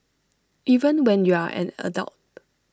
even when you're an adult